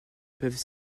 peuvent